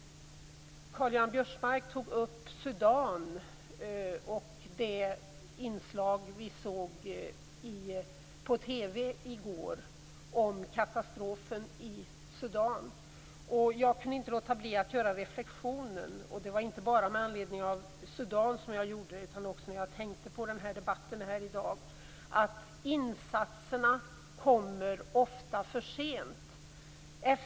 Karl-Göran Biörsmark berörde Sudan och det inslag vi såg på TV i går om katastrofen i Sudan. Jag kan inte låta bli att göra reflexionen - och detta inte enbart med anledning av Sudan utan också när jag tänker på debatten här i dag - att insatserna ofta kommer för sent.